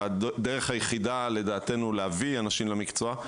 והדרך היחידה לדעתנו להביא אנשים למקצוע,